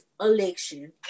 election